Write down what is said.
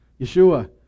Yeshua